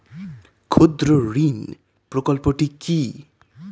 ক্ষুদ্রঋণ প্রকল্পটি কি?